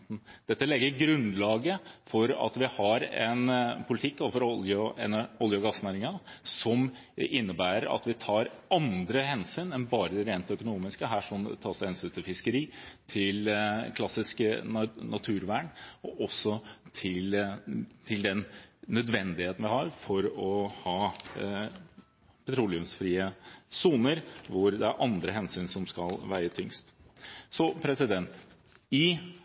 Dette legger grunnlaget for at vi har en politikk overfor olje- og gassnæringen som innebærer at vi tar andre hensyn enn bare de rent økonomiske. Her tas det hensyn til fiskeri, til det klassiske naturvern og også til den nødvendigheten vi har for å ha petroleumsfrie soner, hvor det er andre hensyn som skal veie tyngst. I samarbeidsavtalen er det grunnleggende at vi skal forsterke klimaforliket i